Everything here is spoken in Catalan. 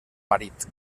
marit